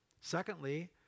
Secondly